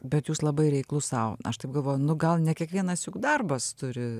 bet jūs labai reiklus sau aš taip galvoju nu gal ne kiekvienas juk darbas turi